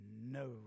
no